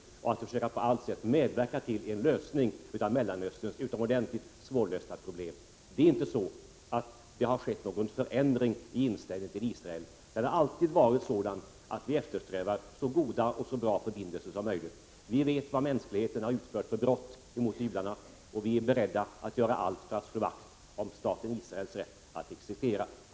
Vi har försökt att på allt sätt medverka till en lösning av Mellanösterns utomordentligt svårlösta problem. Det har inte skett någon förändring i inställningen till Israel. Den har alltid varit sådan att vi eftersträvar så goda och bra förbindelser som möjligt. Vi vet vilka brott mänskligheten har utfört mot judarna, och vi är beredda att göra allt för att slå vakt om staten Israels rätt att existera.